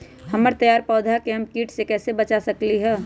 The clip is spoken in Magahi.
हमर तैयार पौधा के हम किट से कैसे बचा सकलि ह?